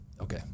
okay